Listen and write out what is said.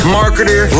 marketer